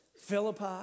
Philippi